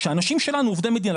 שאנשים שלנו עובדי מדינה,